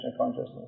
consciousness